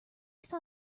saw